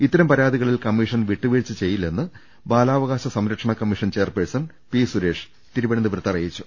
ഇത്തരം പരാതികളിൽ കമീഷൻ വിട്ടുവീഴ്ച ചെയ്യില്ലെന്ന് ബാലാവകാശ സംരക്ഷണ കമ്മീഷൻ ചെയർപേഴ്സൺ പി സുരേഷ് തിരുവനന്തപുരത്ത് അറിയിച്ചു